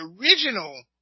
original